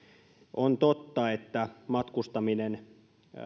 on totta että matkustaminen